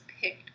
picked